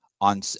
on